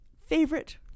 favorite